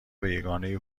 یگانه